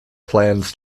plans